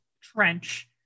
trench